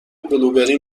بلوبری